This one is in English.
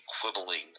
quibbling